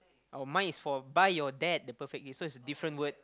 oh mine is for buy your dad the perfect gift so it's a different word